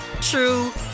true